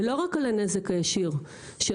ולא רק על הנזק הישיר של